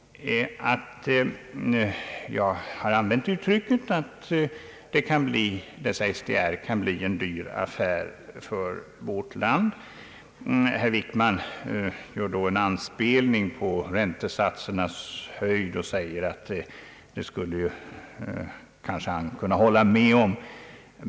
Jag har använt uttrycket att dessa SDR kan bli en dyr affär för vårt land. Herr Wickman gör då en anspelning på räntesatsernas höjd och säger, att det skulle han ju kunna hålla med om.